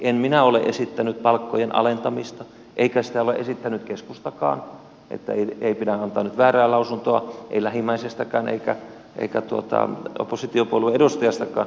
en minä ole esittänyt palkkojen alentamista eikä sitä ole esittänyt keskustakaan niin että ei pidä antaa nyt väärää lausuntoa ei lähimmäisestäkään eikä oppositiopuolueen edustajastakaan